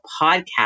podcast